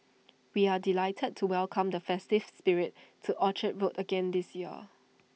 we are delighted to welcome the festive spirit to Orchard road again this year